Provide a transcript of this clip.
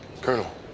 Colonel